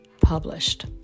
published